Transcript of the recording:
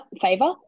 favor